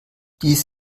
dies